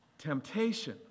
Temptation